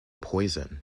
poison